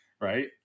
right